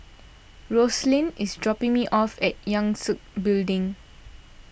Rosalind is dropping me off at Yangtze Building